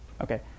Okay